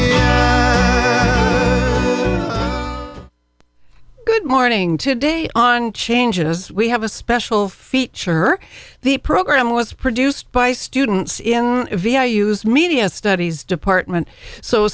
a good morning today on changes we have a special feature the program was produced by students in values media studies department so